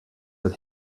that